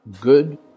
Good